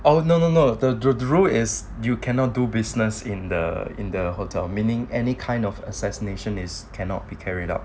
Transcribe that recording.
oh no no no the guru is you cannot do business in the in the hotel meaning any kind of assassination is cannot be carried out